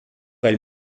elle